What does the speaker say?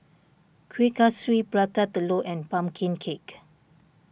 Kuih Kaswi Prata Telur and Pumpkin Cake